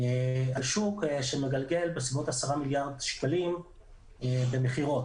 על שוק שמגלגל בסביבות 10 מיליארד שקלים במכירות.